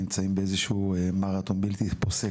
נמצאים באיזשהו מרתון בלתי פוסק,